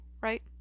right